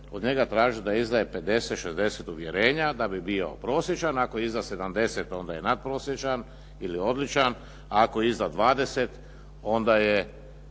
od njega tražiti da izdaje 50-60 uvjerenja da bi bio prosječan, ako izda 70 onda je nadprosječan ili odličan a ako izda 20 onda je